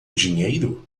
dinheiro